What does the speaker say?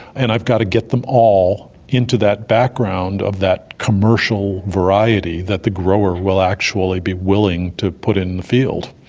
and i've got to get them all into that background of that commercial variety that the grower will actually be willing to put in the field.